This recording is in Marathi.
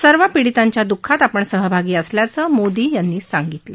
सर्व पिडितांच्या दुःखात आपण सहभागी असल्याचं मोदी यांनी सांगितलं